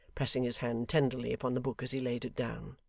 pressing his hand tenderly upon the book as he laid it down,